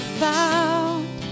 found